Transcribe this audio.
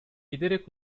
giderek